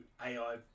AI